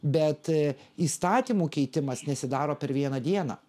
bet įstatymų keitimas nesidaro per vieną dieną